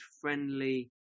friendly